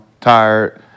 tired